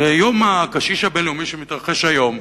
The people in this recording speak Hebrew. ביום הקשיש הבין-לאומי, שמתרחש היום,